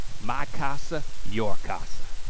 my casa, your casa.